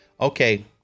okay